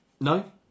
No